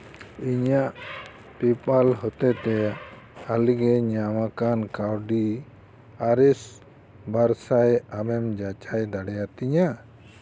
ᱤᱧᱟᱹᱜ ᱯᱮᱯᱟᱞ ᱦᱚᱛᱮᱛᱮ ᱦᱟᱹᱞᱤᱜᱮ ᱧᱟᱢ ᱟᱠᱟᱱ ᱠᱟᱹᱣᱰᱤ ᱟᱨᱮᱥ ᱵᱟᱨ ᱥᱟᱭ ᱟᱢᱮᱢ ᱡᱟᱪᱟᱭ ᱫᱟᱲᱮᱭᱟᱛᱤᱧᱟ